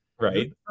Right